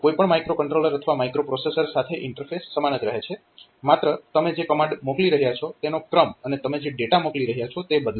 કોઈ પણ માઇક્રોકન્ટ્રોલર અથવા માઇક્રોપ્રોસેસર સાથે ઈન્ટરફેસ સમાન જ રહે છે માત્ર તમે જે કમાન્ડ મોકલી રહ્યા છો તેનો ક્રમ અને તમે જે ડેટા મૂકી રહ્યા છો તે બદલાશે